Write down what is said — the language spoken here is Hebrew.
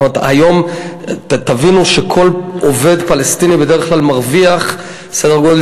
תבינו שכל עובד פלסטיני בדרך כלל מרוויח סדר-גודל